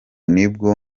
nibwo